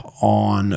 on